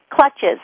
Clutches